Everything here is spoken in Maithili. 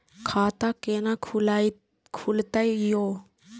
खाता केना खुलतै यो